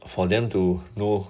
for them to know